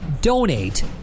donate